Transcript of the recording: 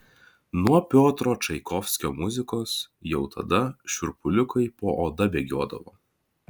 nuo piotro čaikovskio muzikos jau tada šiurpuliukai po oda bėgiodavo